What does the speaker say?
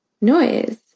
noise